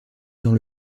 dans